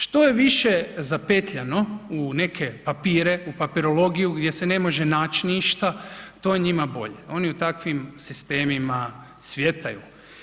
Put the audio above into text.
Što je više zapetljano u neke papire, u papirologiju gdje se ne može naći ništa, to je njima bolje, oni u takvim sistemima cvjetaju.